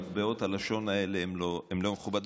מטבעות הלשון האלה הן לא מכובדות.